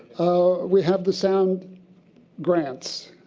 we have the sound grants.